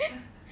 I mean